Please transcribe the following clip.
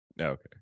Okay